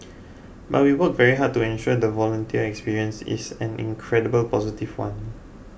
but we work very hard to ensure the volunteer experience is an incredible positive one